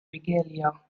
regalia